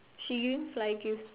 she giving flying kiss